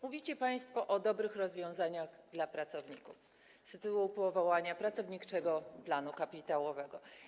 Mówicie państwo o dobrych rozwiązaniach dla pracowników z tytułu powołania pracowniczego planu kapitałowego.